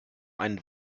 einen